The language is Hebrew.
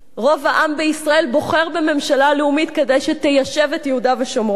רוב העם בישראל בוחר בממשלה לאומית כדי שתיישב את יהודה ושומרון,